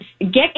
get